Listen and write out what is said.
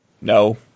No